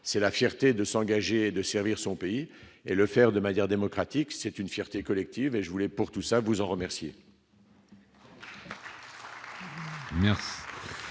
c'est la fierté de s'engager de servir son pays et le faire de ma guerre démocratique, c'est une fierté collective et je voulais pour tout ça, vous en remercier.